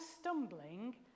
stumbling